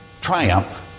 triumph